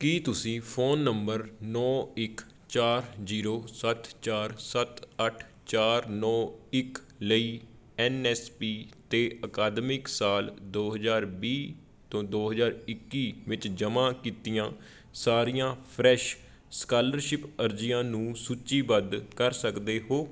ਕੀ ਤੁਸੀਂ phone number ਨੌਂ ਇੱਕ ਚਾਰ ਜ਼ੀਰੋ ਸੱਤ ਚਾਰ ਸੱਤ ਅੱਠ ਚਾਰ ਨੌਂ ਇੱਕ ਲਈ ਐਨ ਐਸ ਪੀ 'ਤੇ ਅਕਾਦਮਿਕ ਸਾਲ ਦੋ ਹਜ਼ਾਰ ਵੀਹ ਤੋਂ ਦੋ ਹਜ਼ਾਰ ਇੱਕੀ ਵਿੱਚ ਜਮ੍ਹਾਂ ਕੀਤੀਆਂ ਸਾਰੀਆਂ ਫਰੈਸ਼ ਸਕਾਲਰਸ਼ਿਪ ਅਰਜ਼ੀਆਂ ਨੂੰ ਸੂਚੀਬੱਧ ਕਰ ਸਕਦੇ ਹੋ